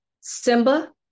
Simba